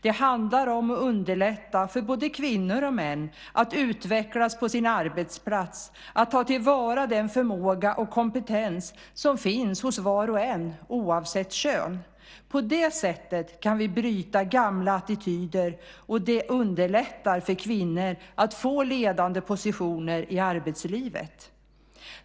Det handlar om att underlätta för både kvinnor och män att utvecklas på sin arbetsplats, att ta till vara den förmåga och kompetens som finns hos var och en oavsett kön. På det sättet kan vi bryta gamla attityder, och det underlättar för kvinnor att få ledande positioner i arbetslivet.